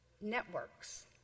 networks